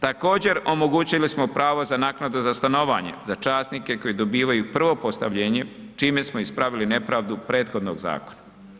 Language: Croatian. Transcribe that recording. Također, omogućili smo pravo za naknadu za stanovanje za časnike koji dobivaju prvo postavljenje, čime smo ispravili nepravdu prethodnog zakona.